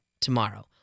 tomorrow